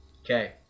Okay